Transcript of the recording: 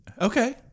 Okay